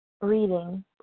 reading